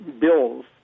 bills